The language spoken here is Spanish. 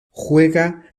juega